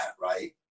right